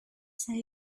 say